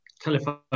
telephone